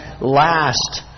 last